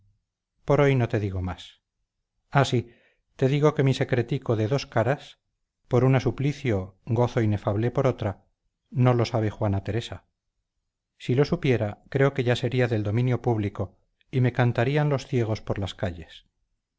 por hoy no te digo más ah sí te digo que mi secretico de dos caras por una suplicio gozo inefable por otra no lo sabe juana teresa si lo supiera creo que ya sería del dominio público y me cantarían los ciegos por las calles